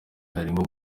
harimo